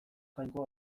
jainkoa